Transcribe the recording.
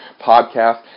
podcast